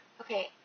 Okay